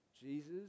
Jesus